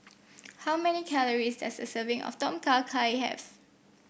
how many calories does a serving of Tom Kha Gai have